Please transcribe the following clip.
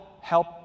help